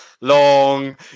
long